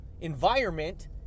environment